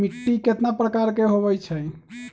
मिट्टी कतना प्रकार के होवैछे?